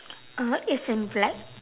uh it's in black